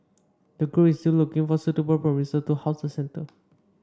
the group is still looking for suitable premises to house the centre